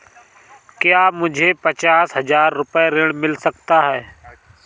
क्या मुझे पचास हजार रूपए ऋण मिल सकता है?